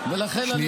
לא, בראשונה.